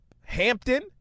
Hampton